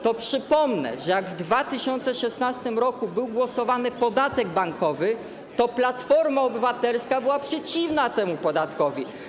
To przypomnę, że jak w 2016 r. głosowano nad podatkiem bankowym, to Platforma Obywatelska była przeciwna temu podatkowi.